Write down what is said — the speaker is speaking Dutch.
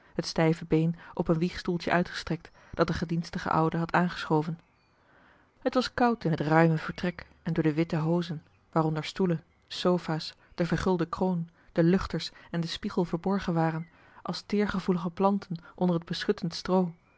het stijve been op een wiegstoeltje uitgestrekt dat de gedienstige oude had aangeschoven het was koud in het ruime vertrek en door de witte hozen waaronder stoelen sofa's de vergulde kroon de luchters en de spiegel verborgen waren als teergevoelige planten onder het beschuttend stroo